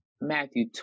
Matthew